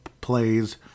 plays